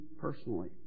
personally